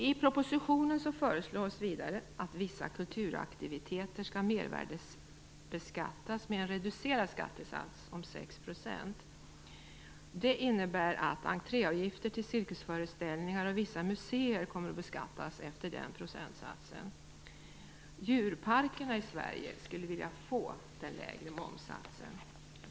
I propositionen föreslås vidare att vissa kulturaktiviteter skall mervärdesbeskattas med en reducerad skattesats om 6 %. Det innebär att entréavgifter till cirkusföreställningar och vissa muséer kommer att beskattas efter den procentsatsen. Djurparkerna i Sverige skulle vilja ha den lägre momssatsen.